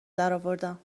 درآوردم